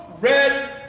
red